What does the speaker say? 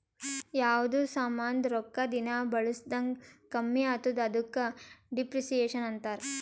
ಯಾವ್ದು ಸಾಮಾಂದ್ ರೊಕ್ಕಾ ದಿನಾ ಬಳುಸ್ದಂಗ್ ಕಮ್ಮಿ ಆತ್ತುದ ಅದುಕ ಡಿಪ್ರಿಸಿಯೇಷನ್ ಅಂತಾರ್